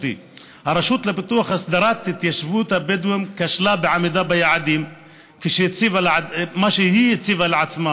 לפיתוח הסדרת התיישבות הבדואים כשלה בעמידה ביעדים שהציבה לעצמה